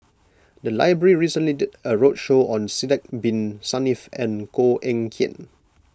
the library recently did a roadshow on Sidek Bin Saniff and Koh Eng Kian